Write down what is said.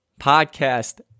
podcast